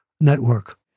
network